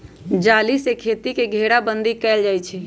जाली से खेती के घेराबन्दी कएल जाइ छइ